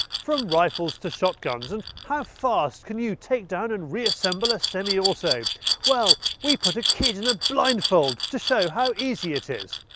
from rifles to shotguns. and how fast can you take down and reassemble a semi-auto. so well, we put a kid into and a blind fold to show how easy it is.